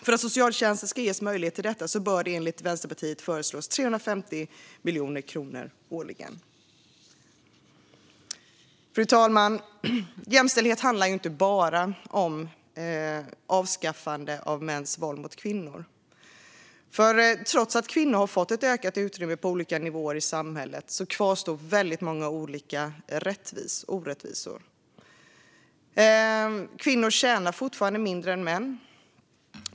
För att socialtjänsten ska ges möjlighet till detta bör det enligt Vänsterpartiet anslås 350 miljoner kronor årligen. Fru talman! Jämställdhet handlar ju inte bara om avskaffande av mäns våld mot kvinnor. Trots att kvinnor har fått ökat utrymme på olika nivåer i samhället kvarstår väldigt många olika orättvisor. Kvinnor tjänar fortfarande mindre än män.